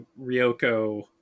Ryoko